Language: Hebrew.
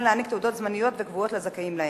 להעניק תעודות זמניות וקבועות לזכאים להן.